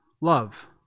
love